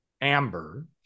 Amber